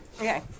Okay